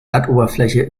erdoberfläche